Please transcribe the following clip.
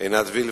עינת וילף,